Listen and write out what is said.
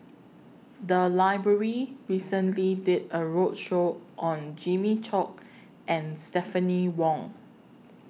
The Library recently did A roadshow on Jimmy Chok and Stephanie Wong